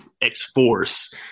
X-Force